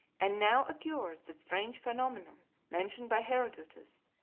and now occurred that strange phenomenon mentioned by herodotus,